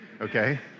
okay